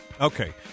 Okay